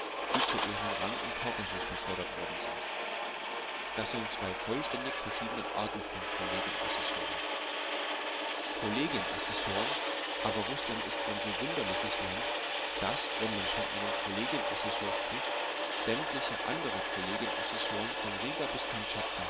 die zu ihrem rang im kaukasus befördert worden sind das sind zwei vollständig verschiedene arten von kollegien assessoren kollegien assessoren aber rußland ist ein so wunderliches land daß wenn man von einem kollegien assessor spricht sämtliche andere kollegien assessoren von riga bis